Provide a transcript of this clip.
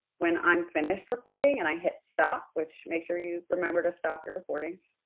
when i'm finished recording and i hit stop, which make sure you remember to stop your recordings